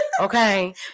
okay